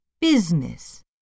Business